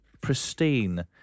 pristine